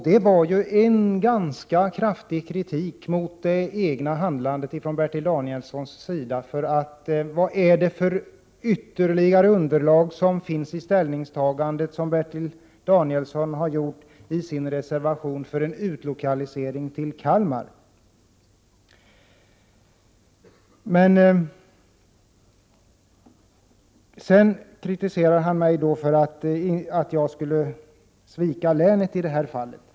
Det var ju en ganska kraftig kritik mot det egna handlandet från Bertil Danielssons sida. Vad är det egentligen för ytterligare underlag som finns i ställningstagandet i Bertil Danielssons reservation för en utlokalise — Prot. 1987/88:46 ring till Kalmar? 16 december 1987 Sedan kritiserar Bertil Danielsson mig för att jag skulle svika läneti detta = Jr od, fall.